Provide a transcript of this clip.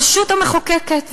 הרשות המחוקקת והמפקחת,